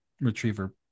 retriever